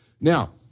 Now